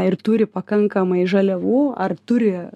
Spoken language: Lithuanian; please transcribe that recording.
ir turi pakankamai žaliavų ar turi